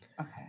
Okay